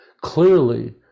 clearly